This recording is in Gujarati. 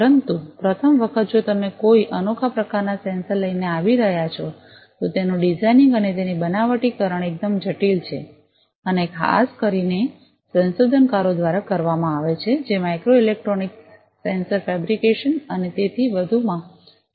પરંતુ પ્રથમ વખત જો તમે કોઈ અનોખા પ્રકારનાં સેન્સર લઈને આવી રહ્યા છો તો તેનું ડિઝાઇનિંગ અને તેની બનાવટીકરણ એકદમ જટિલ છે અને ખાસ કરીને સંશોધનકારો દ્વારા કરવામાં આવે છે જે માઇક્રો ઇલેક્ટ્રોનિક્સ સેન્સર ફેબ્રિકેશન અને તેથી વધુમાં સંપૂર્ણપણે અલગ રસ લે છે